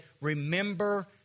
remember